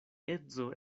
edzo